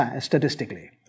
statistically